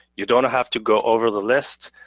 you don't have to go over the list.